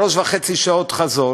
שלוש שעות וחצי חזור,